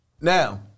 Now